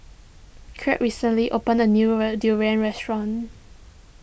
Kirt recently opened a newer Durian restaurant